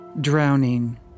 drowning